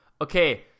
okay